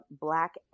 Black